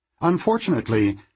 Unfortunately